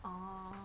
orh